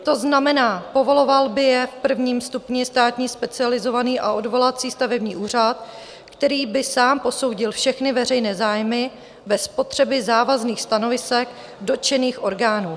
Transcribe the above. To znamená, povoloval by je v prvním stupni státní Specializovaný a odvolací stavební úřad, který by sám posoudil všechny veřejné zájmy bez potřeby závazných stanovisek dotčených orgánů.